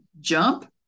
jump